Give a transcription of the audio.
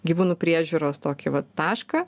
gyvūnų priežiūros tokį vat tašką